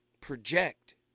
project